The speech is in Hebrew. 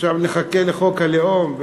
עכשיו נחכה לחוק הלאום,